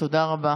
תודה רבה